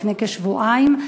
לפני כשבועיים,